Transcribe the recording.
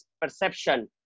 perception